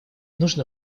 нужно